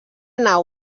nau